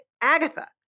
Agatha